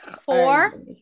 four